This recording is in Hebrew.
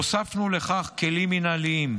הוספנו לכך כלים מינהליים.